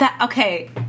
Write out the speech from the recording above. Okay